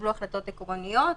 התקבלו החלטות עקרוניות.